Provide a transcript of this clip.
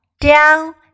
down